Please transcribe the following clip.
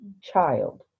child